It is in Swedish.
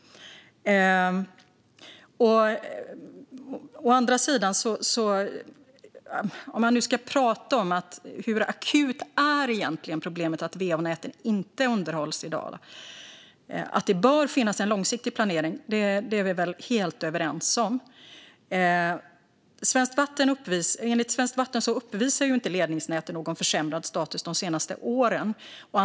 Att det bör finnas en långsiktig planering är vi väl helt överens om. Men om man ska prata om hur akut problemet egentligen är att va-näten inte underhålls i dag så uppvisar inte ledningsnäten någon försämrad status de senaste åren, enligt Svenskt Vatten.